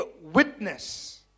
witness